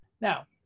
Now